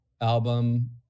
album